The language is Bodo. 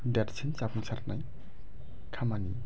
देरसिन जाफुंसारनाय खामानि